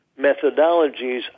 methodologies